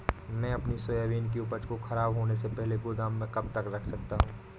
मैं अपनी सोयाबीन की उपज को ख़राब होने से पहले गोदाम में कब तक रख सकता हूँ?